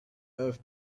earth